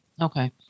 Okay